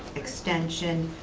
extension